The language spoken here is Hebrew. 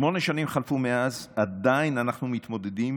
שמונה שנים חלפו מאז, ועדיין אנחנו מתמודדים